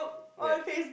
where